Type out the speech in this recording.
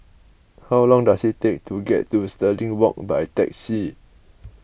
how long does it take to get to Stirling Walk by taxi